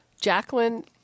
Jacqueline